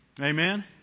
Amen